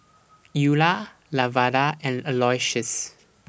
Eula Lavada and Aloysius